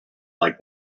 like